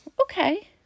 okay